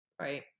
right